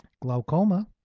Glaucoma